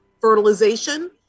fertilization